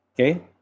Okay